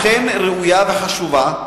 אכן ראויה וחשובה,